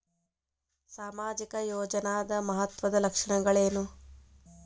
ಸಾಮಾಜಿಕ ಯೋಜನಾದ ಮಹತ್ವದ್ದ ಲಕ್ಷಣಗಳೇನು?